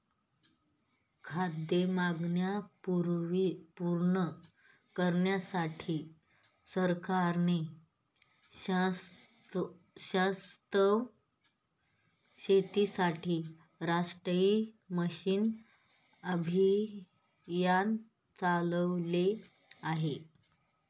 खाद्य मागण्या पूर्ण करण्यासाठी सरकारने शाश्वत शेतीसाठी राष्ट्रीय मिशन अभियान चालविले आहे